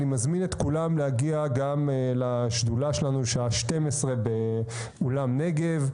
אני מזמין את כולם להגיע גם לשדולה שלנו בשעה 12:00 באולם נגב,